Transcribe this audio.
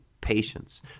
patience